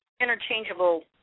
interchangeable